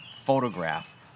photograph